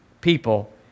people